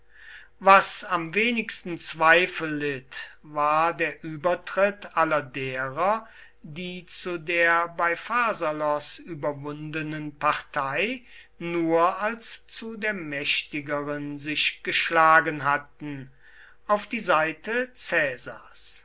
was am wenigsten zweifel litt war der übertritt aller derer die zu der bei pharsalos überwundenen partei nur als zu der mächtigeren sich geschlagen hatten auf die seite caesars